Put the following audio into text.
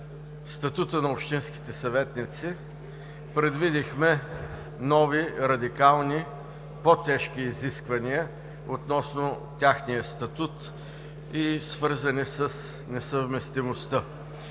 статута на общинските съветници предвидихме нови радикални, по тежки изисквания относно техния статут и свързани с несъвместимостта.